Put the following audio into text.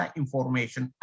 information